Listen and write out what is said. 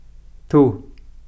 two